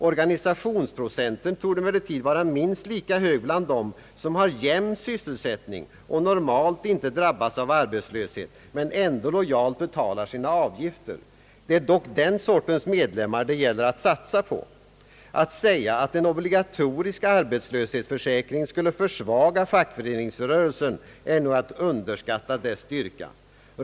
Organisationsprocenten torde emellertid vara minst lika hög bland dem som har jämn sysselsättning och normalt inte drabbas av arbetslöshet men ändå lojalt betalar sina avgifter. Det är dock den sortens medlemmar det gäller att satsa på. Att säga att en obligatorisk arbetslöshetsförsäkring skulle försvaga fackföreningsrörelsen är nog att underskatta dess styrka.